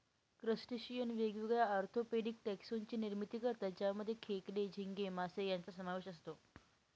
crustacean वेगवेगळ्या orthopaedic taxon ची निर्मिती करतात ज्यामध्ये खेकडे, झिंगे, मासे यांचा समावेश असतो